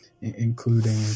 including